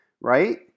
right